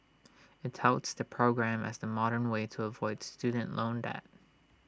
IT touts the program as the modern way to avoid student loan debt